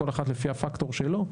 כל אחד לפי הפקטור שלו,